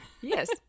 Yes